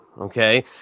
Okay